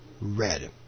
red